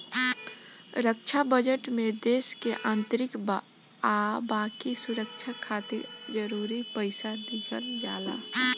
रक्षा budget में देश के आंतरिक आ बाकी सुरक्षा खातिर जरूरी पइसा दिहल जाला